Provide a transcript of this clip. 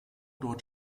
dort